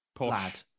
lad